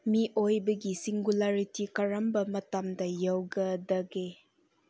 ꯃꯤꯑꯣꯏꯕꯒꯤ ꯁꯤꯡꯒꯨꯂꯔꯤꯇꯤ ꯀꯔꯝꯕ ꯃꯇꯝꯗ ꯌꯧꯒꯗꯒꯦ